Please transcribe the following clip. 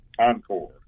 Encore